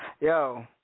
yo